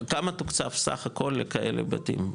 כמה תוקצב סך הכול לכאלה בתים?